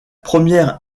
première